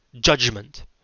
judgment